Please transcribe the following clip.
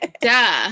Duh